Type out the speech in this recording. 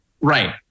right